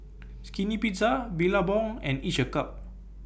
Skinny Pizza Billabong and Each A Cup